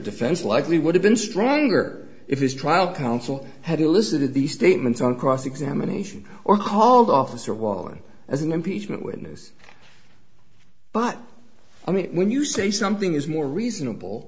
defense likely would have been strangler if his trial counsel had elicited these statements on cross examination or called officer waller as an impeachment witness but i mean when you say something is more reasonable